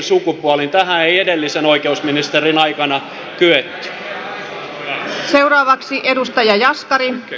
tähän ei edellisen oikeusministerin aikana kyetty